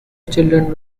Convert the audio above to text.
children